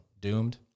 doomed